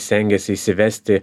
stengiasi įsivesti